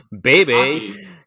Baby